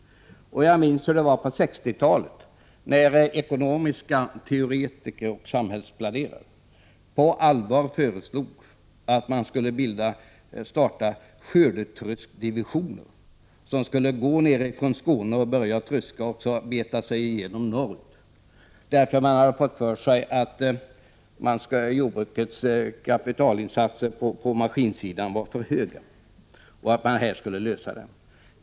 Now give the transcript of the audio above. Jag minns som sagt hur det var på 60-talet, när ekonomiska teoretiker och samhällsplanerare på allvar föreslog att det skulle startas skördetröskdivisioner, som skulle börja tröska i Skåne och sedan arbeta sig vidare norrut genom landet. Man hade fått för sig att jordbrukets kapitalinsatser på maskinsidan var för höga, och här fanns lösningen på det problemet.